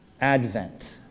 Advent